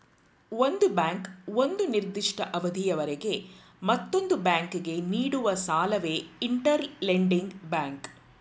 ಒಂದು ಬ್ಯಾಂಕು ಒಂದು ನಿರ್ದಿಷ್ಟ ಅವಧಿಯವರೆಗೆ ಮತ್ತೊಂದು ಬ್ಯಾಂಕಿಗೆ ನೀಡುವ ಸಾಲವೇ ಇಂಟರ್ ಲೆಂಡಿಂಗ್ ಬ್ಯಾಂಕ್